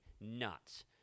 nuts